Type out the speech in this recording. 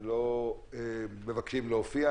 לא מבקשים להופיע.